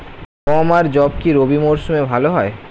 গম আর যব কি রবি মরশুমে ভালো হয়?